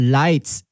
lights